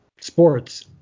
sports